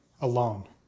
alone